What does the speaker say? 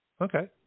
Okay